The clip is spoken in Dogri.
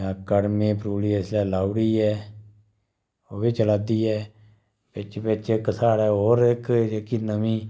कड़मे परूली इसलै लाउड़ी ऐ ओह् बी चला दी ऐ बिच्च बिच्च इक साढ़ै होर इक जेह्की नमीं